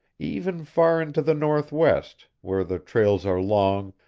even far into the northwest, where the trails are long,